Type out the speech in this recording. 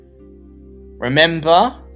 Remember